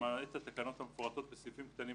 למעט תקנות המפורטות בסעיפים קטנים,